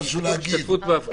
--- הבנתי.